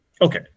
Okay